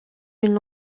une